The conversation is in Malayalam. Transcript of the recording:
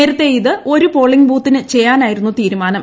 നേരത്തെ ഇത് ഒരു പോളിംഗ് ബൂത്തിന് ചെയ്യാനായിരുന്നു തീരുമാനം